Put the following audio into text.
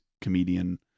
comedian